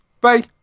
Bye